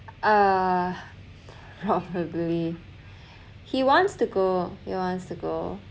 uh probably he wants to go he wants to go